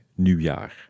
nieuwjaar